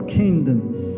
kingdoms